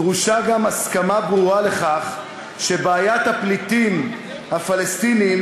דרושה גם הסכמה ברורה לכך שבעיית הפליטים הפלסטינים